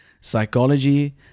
psychology